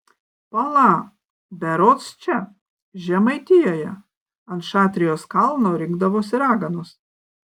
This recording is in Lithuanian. pala berods čia žemaitijoje ant šatrijos kalno rinkdavosi raganos